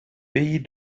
pays